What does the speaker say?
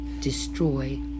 destroy